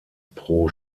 pro